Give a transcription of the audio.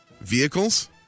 Vehicles